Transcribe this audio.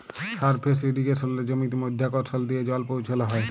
surface ইরিগেসলে জমিতে মধ্যাকরসল দিয়ে জল পৌঁছাল হ্যয়